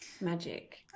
magic